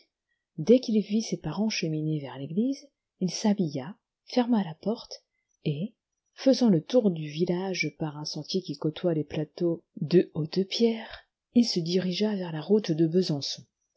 dès qu'il vit ses parents cheminer vers l'église il s'habilla ferma la porte et faisant le tour du village par un sentier qui côtoie les plateaux de hautes pierres il se dirigea vers la route de besançon